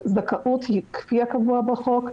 הזכאות היא כפי הקבוע בחוק.